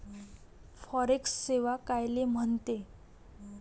Forex सेवा कायले म्हनते?